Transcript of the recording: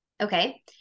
Okay